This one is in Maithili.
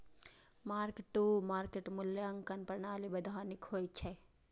मार्क टू मार्केट मूल्यांकन प्रणाली वैधानिक होइ छै